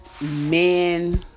men